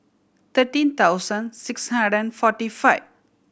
thirteen thousand six hundred and forty five